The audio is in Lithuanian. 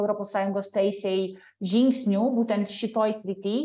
europos sąjungos teisei žingsniu būtent šitoj srity